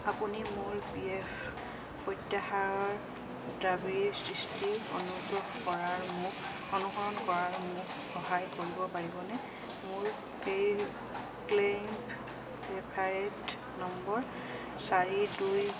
আপুনি মোৰ P F প্ৰত্যাহাৰৰ দাবীৰ স্থিতি অনুগ্ৰহ কৰাৰ মোক অনুসৰণ কৰাত মোক সহায় কৰিব পাৰিবনে মোৰ ক্লেইম ৰেফাৰেড নম্বৰ চাৰি দুই